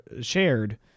shared